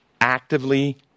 actively